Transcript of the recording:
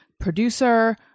producer